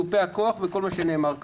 מיופי הכוח וכל מה שנאמר כאן.